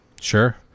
Sure